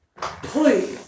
Please